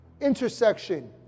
intersection